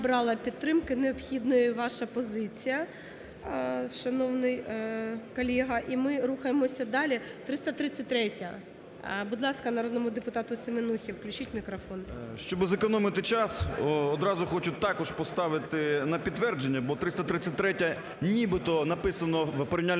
За-103 Не набрала підтримки необхідної ваша позиція, шановний колега. І ми рухаємося далі. 333-я. Будь ласка, народному депутату Семенусі включіть мікрофон. 16:48:59 СЕМЕНУХА Р.С. Щоби зекономити час, одразу хочу також поставити на підтвердження, бо 333-я нібито написано в порівняльній